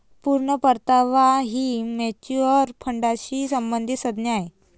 पूर्ण परतावा ही म्युच्युअल फंडाशी संबंधित संज्ञा आहे